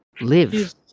live